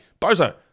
Bozo